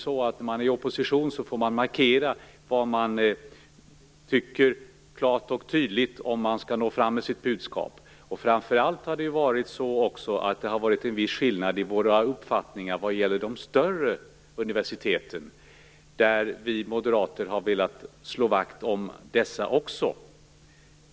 I opposition får man markera vad man tycker klart och tydligt om man skall nå fram med sitt budskap, och framför allt har det också varit en viss skillnad i våra uppfattningar vad gäller de större universiteten, som vi moderater har velat slå vakt om också.